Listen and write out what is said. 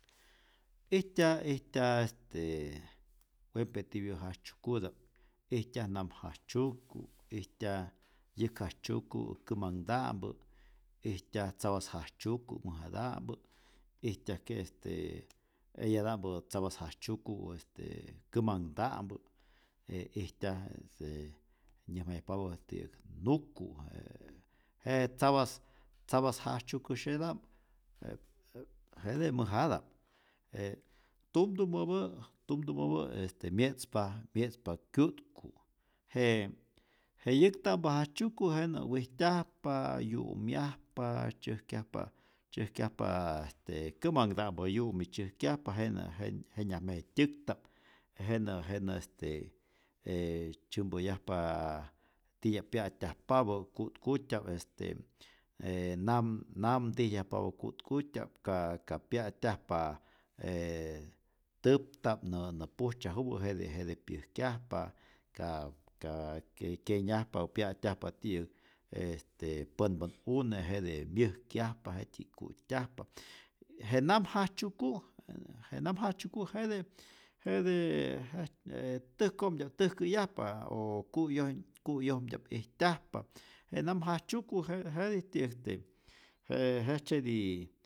Ijtyaj ijtyaj est wempe tipyä jajtzyukuta'p, ijtyaj namjajtzyuku', ijtyaj yäk jajtzyuku kämanhta'mpä, ijtyaj tzapas jajtzyuku' mäjata'mpä, ijtyajke este eyata'mpä tzapas jajtzyuku este kämanhta'mpä, ijtyaj este nyäjmayajpapä este nuku', jee je tzapas tzapas yajtzukusyeta'mpä, je jete mäjata'p, je tumtumäpä' tumtumäpä' este mye'tzpa myetzpa kyu'tku, je je yäkta'mpä jajtzyuku jenä jenä wijtyajpa, yu'myajpa, tzyäjkyajpa tzyäjkyajp este kämanhta'mpä yu'mi, tzyäjkyajpa jenä' jen jenyajme tzyäkta'p, jenä jenä este e tzyämpoyajpa titya'p pya'tyajpä ku'tkutya'p este nam namtijyajpapä ku'tkutyap, ka ka pya'tyajpa täptä'p nä nä pujtzyajupä jete jete pyäjkyjapa, ka ka kyenyajpa o pya'tyajpa ti'yäk este pänpän'une' jete myäjkyajpa jet'ji'k ku'tyajpa, je nam jajtzyuku' je nam jajtzyuku' jete jete je täjkomtya'p täjkäyajpa o ku'yoj kuyojmtya'p ijtyajpa, je nam jajtzyuku jete jetij ti'yäk este je jejtzyeti